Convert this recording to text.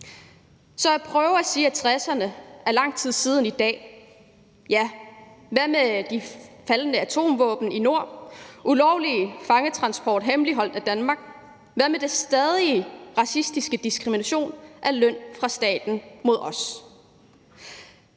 man prøve at sige, at 60'erne er lang tid siden i dag, ja, men hvad med de faldne atomvåben i nord og ulovlige fangetransporter hemmeligholdt af Danmark, og hvad med den stadige racistiske diskrimination mod os